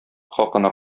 хакына